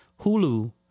Hulu